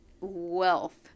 wealth